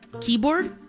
Keyboard